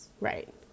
Right